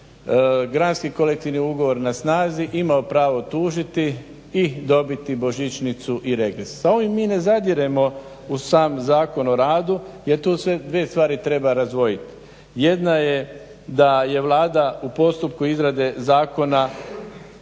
granski kolektivni ugovor na snazi imao pravo tužiti i dobiti božićnicu i regres. Sa ovim mi ne zadiremo u sam Zakon o radu jer tu se dvije stvari treba razdvojiti. Jedna je da je Vlada u postupku izrade zakona